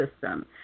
system